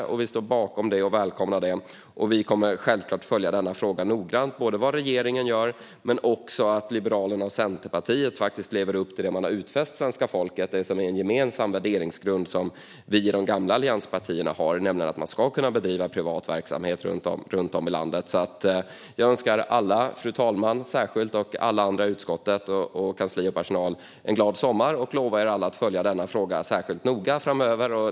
Vi står bakom det och välkomnar det. Vi kommer självklart att följa denna fråga noggrant. Det gäller både vad regeringen gör och att Liberalerna och Centerpartiet lever upp till de utfästelser de gett svenska folket och som finns i en gemensam värderingsgrund för oss i de gamla allianspartierna: Man ska kunna bedriva privat verksamhet runt om i landet. Jag önskar alla - fru talman, alla i utskottet, kansliet och personalen - en glad sommar och lovar er alla att följa denna fråga särskilt noga framöver.